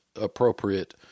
appropriate